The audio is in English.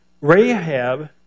Rahab